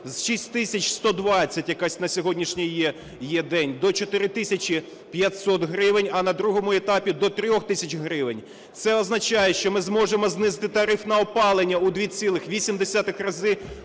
120, яка на сьогоднішній є день, до 4 тисячі 500 гривень, а на другому етапі до 3 тисяч гривень. Це означає, що ми зможемо знизити тариф на опалення у 2,8 рази,